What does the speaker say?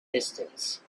distance